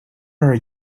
are